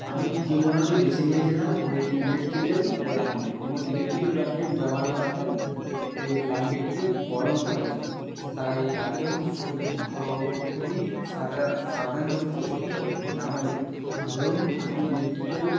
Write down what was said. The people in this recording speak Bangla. আমি যে পনেরোটি বেছে নিয়েছিলাম ওই ইলেকট্রিক্যাল ব্ল্যাংকেট এবং ইলেকট্রিকের ব্ল্যাংকেট ব্যবহার করা হয় ওই ব্ল্যাংকেটটিকে গরম করার জন্য তাই রাতে যখন শোবেন তো খুবই সাদা সাবধানবশত করতে হবে কা না হলে ধরুন কোন ইলেকট্রিক্যাল